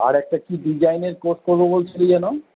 আরেকটা কি ডিজাইনের কোর্স করবো বলছিলি যেন